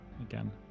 again